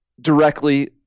directly